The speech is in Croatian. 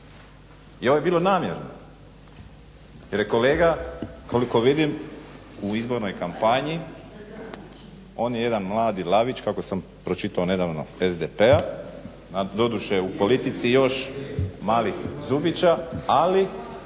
I ovo je bilo namjerno jer je kolega koliko vidim u izbornoj kampanji. On je jedan mladi lavić kako sam pročitao nedavno SDP-a, a doduše u politici još malih zubića ali